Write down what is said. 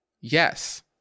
Yes